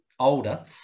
older